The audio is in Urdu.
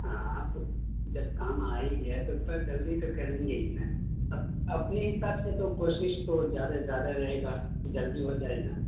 ہاں اب تو جب کام آ ہی گیا ہے تو تھوڑا جلدی تو کریں گے ہی نا اب اپنے حساب سے تو کوشش تو زیادہ سے زیادہ رہے گا کہ جلدی ہو جائے نا